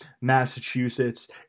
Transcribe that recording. Massachusetts